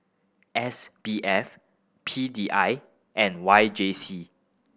S B F P D I and Y J C